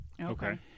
Okay